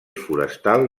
forestal